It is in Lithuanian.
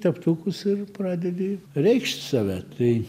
teptukus ir pradedi reikšt save tai